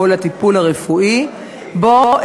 או לטיפול הרפואי בו,